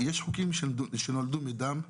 "יש חוקים שנולדו מדם.